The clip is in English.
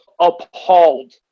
Appalled